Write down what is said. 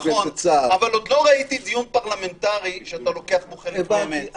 עוד לא ראיתי דיון פרלמנטרי שאתה לוקח בו חלק באמת.